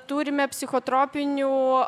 turime psichotropinių